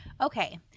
Okay